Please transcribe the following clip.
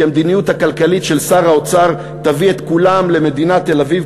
כי המדיניות הכלכלית של שר האוצר תביא את כולם למדינת תל-אביב,